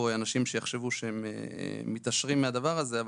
אנשים שיחשבו שהם מתעשרים מהדבר הזה,